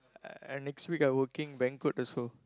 I next week I working banquet also